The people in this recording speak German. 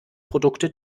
produkte